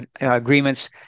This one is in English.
agreements